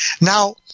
Now